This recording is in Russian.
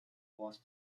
глаз